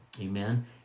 amen